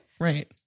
Right